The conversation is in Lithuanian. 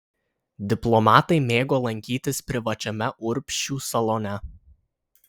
diplomatai mėgo lankytis privačiame urbšių salone